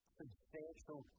substantial